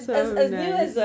so nice